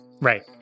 Right